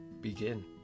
begin